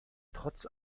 trotz